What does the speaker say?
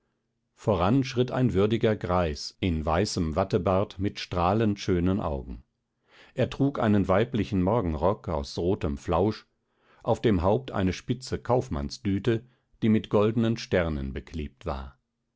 voran schritt ein würdiger greis in weißem wattebart mit strahlend schönen augen er trug einen weiblichen morgenrock aus rotem flausch auf dem haupt eine spitze kaufmannsdüte die mit goldenen sternen beklebt war